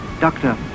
Doctor